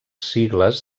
sigles